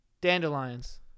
Dandelions